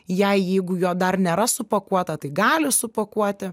jei jeigu jo dar nėra supakuota tai gali supakuoti